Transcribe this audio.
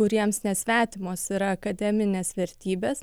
kuriems nesvetimos yra akademinės vertybės